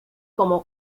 como